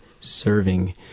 serving